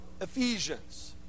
Ephesians